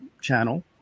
channel